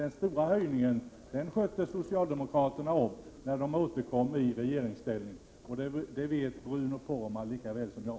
Den stora höjningen skötte socialdemokraterna om när de återkom i regeringsställning. Det vet Bruno Poromaa lika väl som jag.